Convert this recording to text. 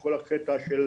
כל הקטע של